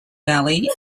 valley